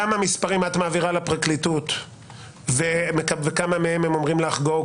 כמה מספרים את מעבירה לפרקליטות וכמה מהם הם אומרים לך go,